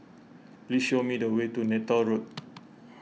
please show me the way to Neythal Road